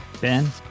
Ben